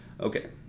Okay